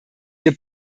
wir